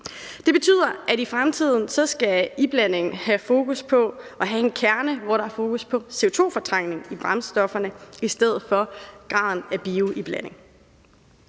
Det betyder, at i fremtiden skal iblandingen have fokus på at have en kerne, hvor der er fokus på CO2-fortrængning i brændstofferne i stedet for graden af bioiblanding.